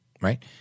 right